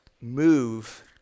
move